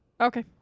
Okay